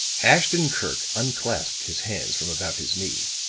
ashton-kirk unclasped his hands from about his knee,